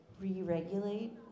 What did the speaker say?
re-regulate